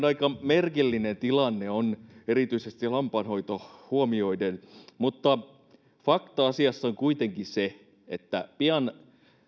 aika merkillinen tilanne on erityisesti lampaanhoito huomioiden fakta asiassa on kuitenkin se että pian